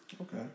Okay